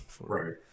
right